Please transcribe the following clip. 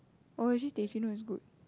oh actually teh cino is good